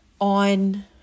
on